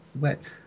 wet